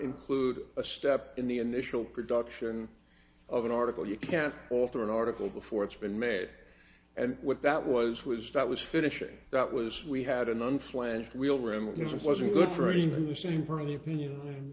include a step in the initial production of an article you can't alter an article before it's been made and what that was was that was finishing that was we had an unplanned we'll room it was wasn't good for even the same part of the opinion